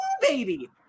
baby